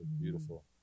Beautiful